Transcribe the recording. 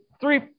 Three